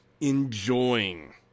enjoying